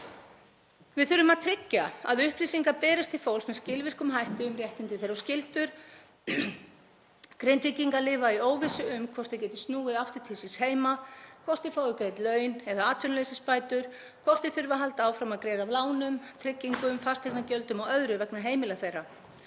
Við þurfum að tryggja að upplýsingar berist til fólks með skilvirkum hætti um réttindi þeirra og skyldur. Grindvíkingar lifa í óvissu um hvort þeir geti snúið aftur til síns heima, hvort þeir fái greidd laun eða atvinnuleysisbætur, hvort þeir þurfi að halda áfram að greiða af lánum, tryggingum, fasteignagjöldum og öðru vegna heimila þeirra.